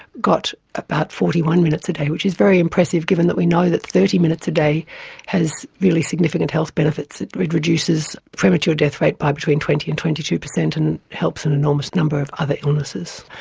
got about forty one minutes a day, which is very impressive, given that we know that thirty minutes a day has really significant health benefits, it reduces premature death rate by between twenty percent and twenty two percent, and helps an enormous number of other illnesses.